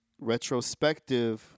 retrospective